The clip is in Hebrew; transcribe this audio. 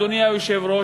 אדוני היושב-ראש,